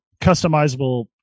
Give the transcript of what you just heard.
customizable